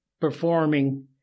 performing